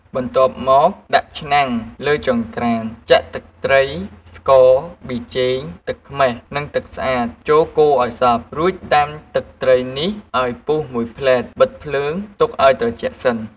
បន្ទាប់មក ដាក់ឆ្នាំងលើចង្ក្រានចាក់ទឹកត្រី ស្ករស ប៊ីចេង ទឹកខ្មេះ និង ទឹកស្អាតចូលកូរឲ្យសព្វ រួចដាំទឹកត្រីនេះឲ្យពុះមួយភ្លែតបិទភ្លើងទុកឲ្យត្រជាក់សិន។